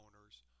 owners